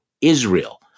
Israel